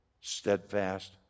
Steadfast